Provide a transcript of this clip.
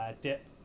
dip